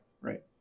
Right